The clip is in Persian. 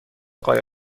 قایق